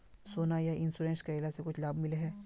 सोना यह इंश्योरेंस करेला से कुछ लाभ मिले है?